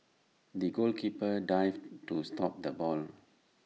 the goalkeeper dived to stop the ball